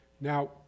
Now